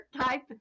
type